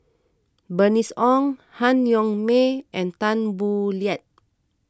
Bernice Ong Han Yong May and Tan Boo Liat